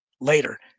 later